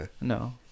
No